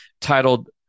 titled